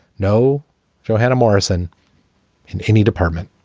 no johanna morrison in any department